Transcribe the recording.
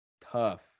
Tough